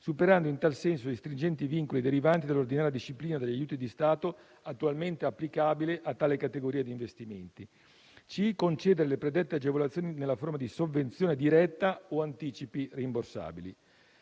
superando, in tal senso, gli stringenti vincoli derivanti dall'ordinaria disciplina degli aiuti di Stato attualmente applicabile a tale categoria di investimenti; concedere le predette agevolazioni nella forma di sovvenzione diretta o anticipi rimborsabili.